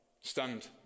stunned